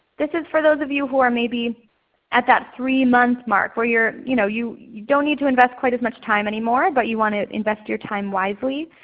this is for those of you who are maybe at that three-month mark where you know you you don't need to invest quite as much time anymore, but you want to invest your time wisely.